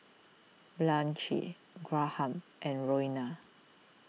Blanchie Graham and Roena